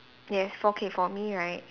yes for K for me right